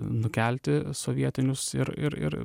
nukelti sovietinius ir ir ir